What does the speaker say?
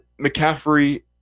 McCaffrey –